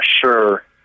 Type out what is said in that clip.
sure